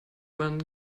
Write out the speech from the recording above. when